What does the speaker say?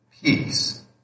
peace